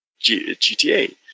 GTA